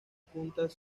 puntas